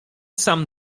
sam